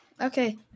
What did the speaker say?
Okay